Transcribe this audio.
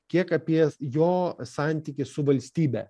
kiek apie jo santykį su valstybe